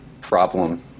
problem